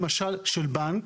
למשל של בנק,